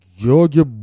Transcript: Georgia